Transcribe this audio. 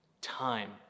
time